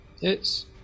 hits